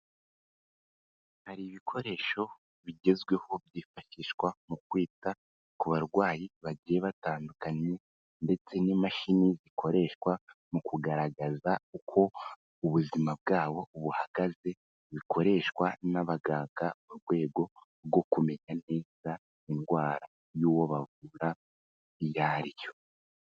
Hari ibikoresho bigezweho byifashishwa mu kwita ku barwayi bagiye batandukanye ndetse n'imashini zikoreshwa mu kugaragaza uko ubuzima bwabo buhagaze, bikoreshwa n'abaganga mu rwego rwo kumenya neza indwara y'uwo bavura iyo ari yo.